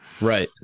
Right